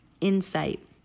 insight